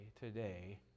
today